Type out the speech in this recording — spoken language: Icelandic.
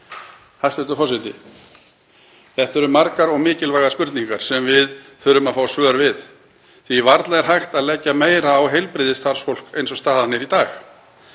Þetta eru margar og mikilvægar spurningar sem við þurfum að fá svör við því að varla er hægt að leggja meira á heilbrigðisstarfsfólk eins og staðan er í dag.